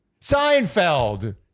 Seinfeld